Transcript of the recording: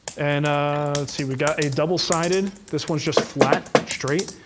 and ah see, we've got a double sided. this one's just flat, straight,